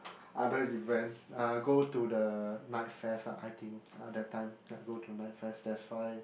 other event uh go to the Night Fest ah I think ah that time go to Night Fest that's why